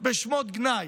בשמות גנאי,